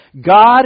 God